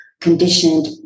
conditioned